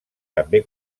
també